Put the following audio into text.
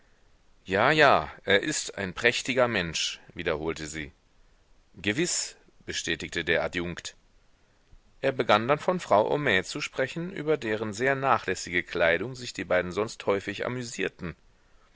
ja ja er ist ein prächtiger mensch wiederholte sie gewiß bestätigte der adjunkt er begann dann von frau homais zu sprechen über deren sehr nachlässige kleidung sich die beiden sonst häufig amüsierten